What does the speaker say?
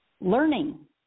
learning